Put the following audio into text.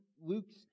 Luke's